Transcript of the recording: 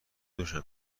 روشن